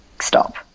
stop